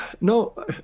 No